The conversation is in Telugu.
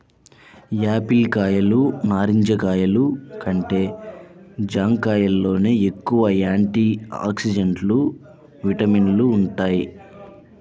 యాపిల్ కాయలు, నారింజ కాయలు కంటే జాంకాయల్లోనే ఎక్కువ యాంటీ ఆక్సిడెంట్లు, విటమిన్లు వుంటయ్